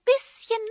bisschen